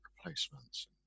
replacements